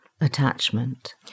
attachment